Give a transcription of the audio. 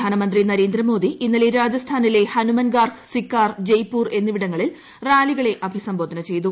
പ്രധാനമന്ത്രി നരേന്ദ്രമോദി ഇന്നലെ രാജസ്ഥാനിലെ ഹനുമൻഗാർഹ് സിക്കാർ ജയ്പൂർ എന്നിവിടങ്ങളിൽ റാലികളെ അഭിസംബോധന ചെയ്തു